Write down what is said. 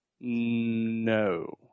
No